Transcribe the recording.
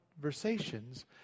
conversations